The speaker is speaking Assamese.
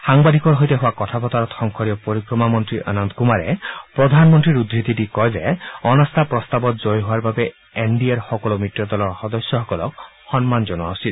সাংবাদিকৰ সৈতে হোৱা কথা বতৰাত সংসদীয় পৰিক্ৰমা মন্ত্ৰী অনন্ত কুমাৰে প্ৰধানমন্ত্ৰীৰ উদ্ধৃতি দি কয় যে অনাস্থা প্ৰস্তাৱত জয়ী হোৱাৰ বাবে এন ডি এৰ সকলো মিত্ৰদলৰ সদস্যসকলক সন্মান জনোৱা উচিত